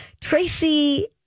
Tracy